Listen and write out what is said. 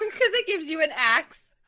because it gives you an axe